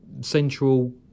central